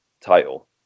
title